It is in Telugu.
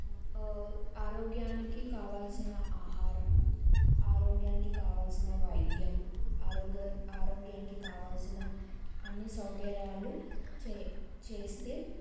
ఆరోగ్యానికి కావాల్సిన ఆహారం ఆరోగ్యానికి కావాల్సిన వై ద్యం ఆరోగ్య ఆరోగ్యానికి కావాల్సిన అన్ని సౌకర్యాలు చెయ్ చేస్తే